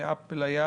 באפל, היה